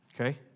Okay